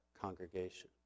congregation